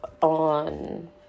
on